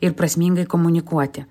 ir prasmingai komunikuoti